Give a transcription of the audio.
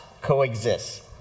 coexist